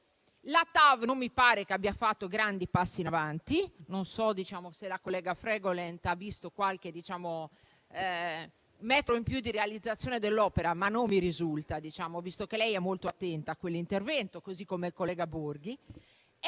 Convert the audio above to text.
la TAV non mi pare che abbia fatto grandi passi in avanti (non so se la collega Fregolent ha visto qualche metro in più di realizzazione dell'opera, ma non mi risulta, visto che è molto attenta a quell'intervento, così come il collega Borghi).